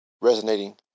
Resonating